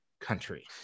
country